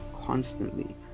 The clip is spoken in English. constantly